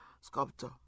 sculptor